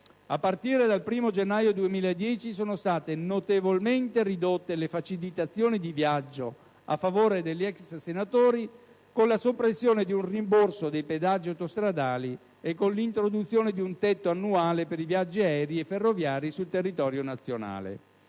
a partire dal 1° gennaio 2010, sono state notevolmente ridotte le facilitazioni di viaggio a favore degli ex senatori, con la soppressione di ogni rimborso dei pedaggi autostradali e con l'introduzione di un tetto annuale per i viaggi aerei e ferroviari sul territorio nazionale.